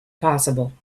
possible